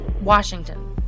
Washington